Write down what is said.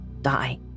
die